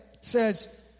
says